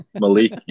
Malik